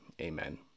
Amen